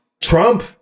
Trump